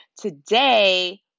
Today